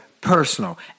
personal